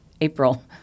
April